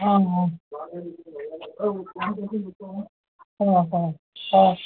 অঁ অঁ অঁ অঁ অঁ